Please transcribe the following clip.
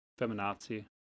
feminazi